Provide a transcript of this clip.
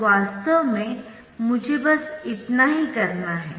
तो वास्तव में मुझे बस इतना ही करना है